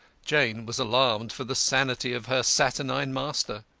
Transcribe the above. jane was alarmed for the sanity of her saturnine master.